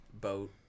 boat